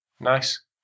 nice